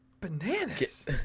bananas